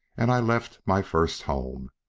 and i left my first home.